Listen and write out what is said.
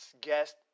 guest